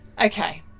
Okay